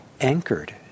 anchored